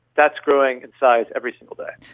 that's growing in size every single day.